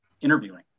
interviewing